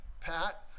Pat